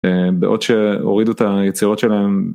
בעוד שהורידו את היצירות שלהם